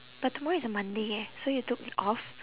but tomorrow is a monday eh so you took off